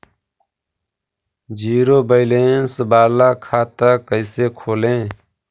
Zero balance बाला खाता कैसे खोले?